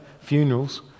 funerals